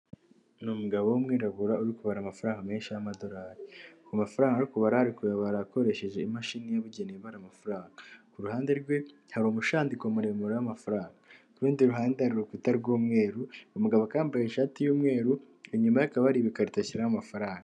Ni umugabo w'umwirabura uri kubara amafaranga menshi y'amadolari, ku mafaranga ari kubara ari kuyabara akoresheje imashini yabugenewe ibara amafaranga. Ku ruhande rwe hari umushandiko muremure w'amafaranga ku kurundi ruhande, hari urukuta rw'umweru, umugabo yambaye ishati y'umweru, inyuma ye hakaba ibikarita ashyiramo amafaranga.